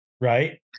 Right